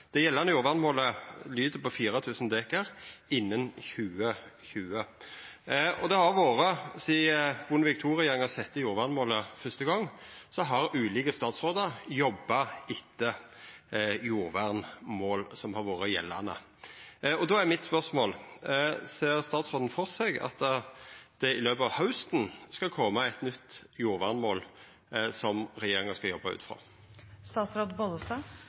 Det gjeldande jordvernmålet lyder på 4 000 dekar innan 2020. Sidan Bondevik II-regjeringa sette jordvernmålet første gongen, har ulike statsrådar jobba etter det jordvernmålet som har vore gjeldande. Då er spørsmålet mitt: Ser statsråden føre seg at det i løpet av hausten skal koma eit nytt jordvernmål som regjeringa skal jobba ut